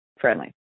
friendly